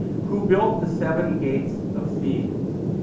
who built the seven gates of thebes?